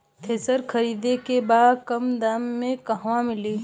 Thresher खरीदे के बा कम दाम में कहवा मिली?